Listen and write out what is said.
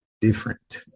different